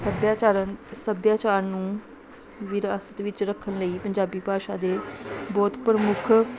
ਸੱਭਿਆਚਾਰਨ ਸੱਭਿਆਚਾਰ ਨੂੰ ਵਿਰਾਸਤ ਵਿੱਚ ਰੱਖਣ ਲਈ ਪੰਜਾਬੀ ਭਾਸ਼ਾ ਦੇ ਬਹੁਤ ਪ੍ਰਮੁੱਖ